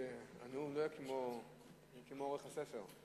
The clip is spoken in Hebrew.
שהנאום לא יהיה כאורך הספר.